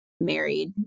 married